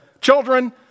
children